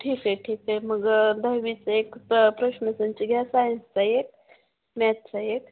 ठीक आहे ठीक आहे मग दहवीचं एक प्रश्नसंच घ्या सायन्सचा एक मॅथ्सचा एक